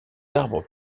arbres